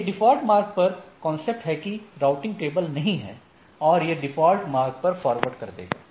एक डिफ़ॉल्ट मार्ग एक कंसेप्ट है यदि राउटिंग टेबल नहीं है तो यह डिफ़ॉल्ट मार्ग पर फॉरवर्ड कर देगा